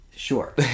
Sure